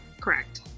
Correct